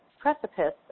precipice